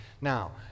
now